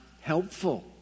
helpful